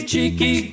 Cheeky